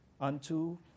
unto